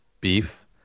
beef